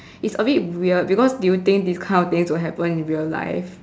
is a bit weird because do you think these kind of things will happen in real life